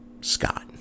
Scott